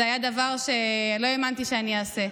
זה היה דבר שלא האמנתי שאני אעשה,